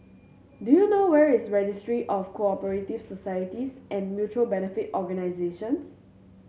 do you know where is Registry of Co Operative Societies and Mutual Benefit Organisations